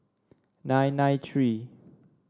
nine nine three